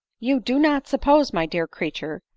you do not suppose, my dear creature,